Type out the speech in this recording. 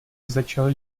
začal